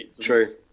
True